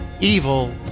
evil